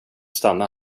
stanna